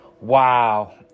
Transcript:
Wow